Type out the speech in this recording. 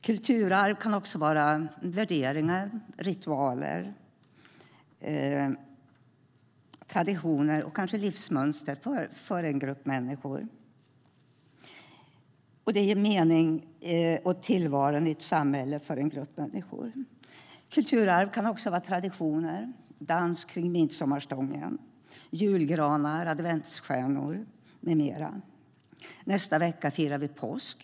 Kulturarv kan också vara värderingar, ritualer, traditioner och kanske livsmönster för en grupp människor. Det ger mening åt tillvaron i ett samhälle eller för en grupp människor. Kulturarv kan också vara traditioner: dans kring midsommarstången, julgranar, adventsstjärnor med mera. Nästa vecka firar vi påsk.